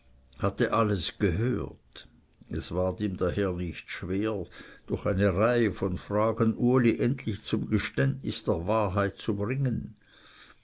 hatte alles gehört es ward ihm daher nicht schwer durch eine reihe von fragen uli endlich zum geständnis der wahrheit zu bringen